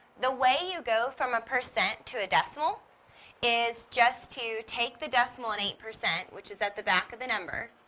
the way you go from a percent to a decimal is just to take the decimal in eight percent, which is at the back of the number,